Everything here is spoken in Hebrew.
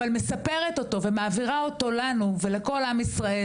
אבל מספרת אותו ומעבירה אותו לנו ולכל עם ישראל,